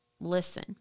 Listen